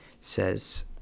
says